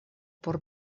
por